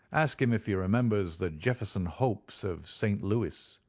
ask him if he remembers the jefferson hopes of st. louis.